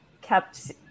kept